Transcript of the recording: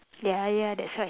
ya ya that's why